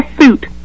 suit